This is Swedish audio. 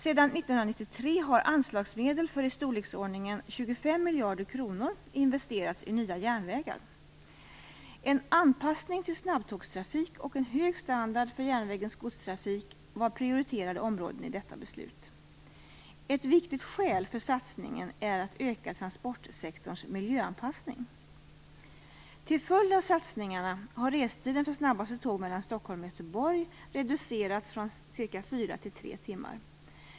Sedan 1993 har anslagsmedel för i storleksordningen 25 miljarder kronor investerats i nya järnvägar. En anpassning till snabbtågstrafik och en hög standard för järnvägens godstrafik var prioriterade områden i detta beslut. Ett viktigt skäl för satsningen är att öka transportsektorns miljöanpassning. Till följd av satsningarna har restiden för snabbaste tåg mellan Stockholm och Göteborg reducerats från cirka fyra till tre timmar.